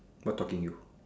what talking you